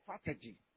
strategy